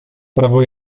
prawo